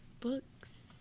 books